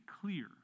clear